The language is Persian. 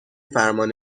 فرمان